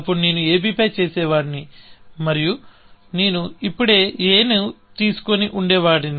అప్పుడు నేను ab పై చేసేవాడిని మరియు నేను ఇప్పుడే a ను తీసుకొని ఉండేవాడిని